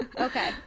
okay